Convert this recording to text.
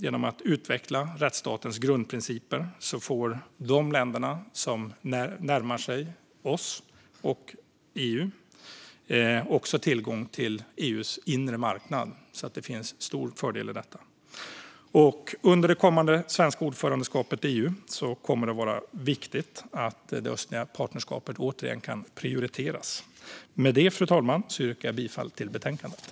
Genom att utveckla rättsstatens grundprinciper får de länder som närmar sig oss och EU också tillgång till EU:s inre marknad. Det finns alltså en stor fördel med detta. Under det kommande svenska ordförandeskapet i EU kommer det att vara viktigt att det östliga partnerskapet återigen kan prioriteras. Fru talman! Med detta yrkar jag bifall till förslaget i betänkandet.